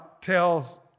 tells